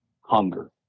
hunger